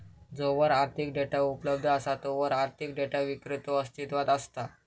जोवर आर्थिक डेटा उपलब्ध असा तोवर आर्थिक डेटा विक्रेतो अस्तित्वात असता